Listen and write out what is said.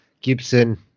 Gibson